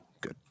good